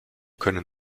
können